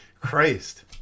Christ